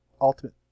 ultimate